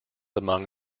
among